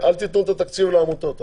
אל תיתנו את התקציב לעמותות.